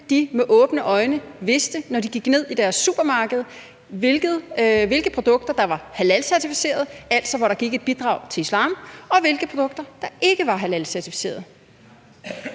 at danskerne vidste, når de gik ned i deres supermarked, hvilke produkter der var halalcertificerede, hvor der altså gik et bidrag til islam, og hvilke produkter der ikke var halalcertificerede?